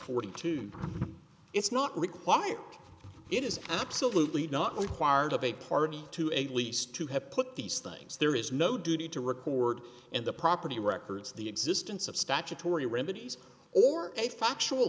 forty two it's not required it is absolutely not required of a party to a lease to have put these things there is no duty to record and the property records the existence of statutory remedies or a factual